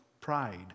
pride